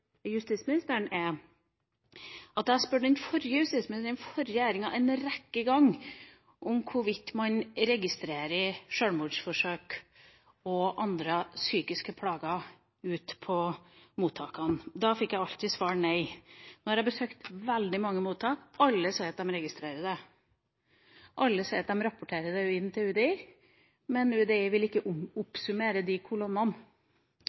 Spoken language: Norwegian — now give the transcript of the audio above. justisministeren. Jeg spurte den forrige justisministeren i den forrige regjeringa en rekke ganger om hvorvidt man registrerer sjølmordsforsøk og andre psykiske plager ute på mottakene. Da fikk jeg alltid til svar: Nei. Nå har jeg besøkt veldig mange mottak – alle sier de registrerer det. Alle sier de rapporterer det inn til UDI, men UDI vil ikke oppsummere disse kolonnene.